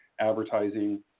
advertising